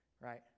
right